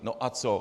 No a co!